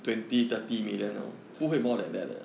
uh